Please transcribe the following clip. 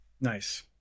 Nice